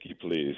please